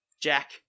Jack